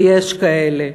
ויש כאלה.